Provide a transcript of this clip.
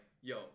yo